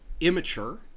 immature